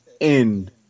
end